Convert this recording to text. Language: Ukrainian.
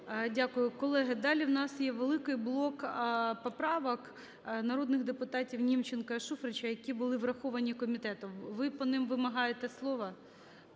Дякую. Колеги, далі у нас є великий блок поправок народних депутатів Німченка і Шуфрича, які були враховані комітетом. Ви по ним вимагаєте слово?